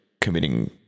committing